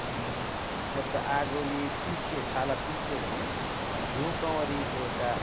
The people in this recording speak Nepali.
अनि जस्तो आगोले पिल्सियो छाला पिल्सियो भने घिउ कुमारीको एउटा